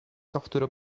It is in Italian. software